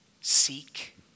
seek